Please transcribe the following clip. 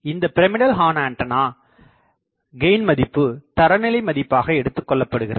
இந்தப் pyramidal horn antenna gain மதிப்பு தரநிலை மதிப்பாக எடுத்துக்கொள்ளப்படுகிறது